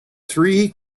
three